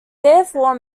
therefore